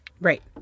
right